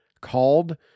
called